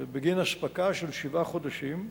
בגין אספקה של שבעה חודשים.